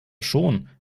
schon